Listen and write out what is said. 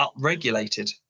upregulated